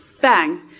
bang